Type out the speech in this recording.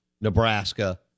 Nebraska